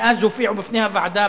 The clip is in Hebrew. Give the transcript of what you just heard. מאז הופיעו בפני הוועדה,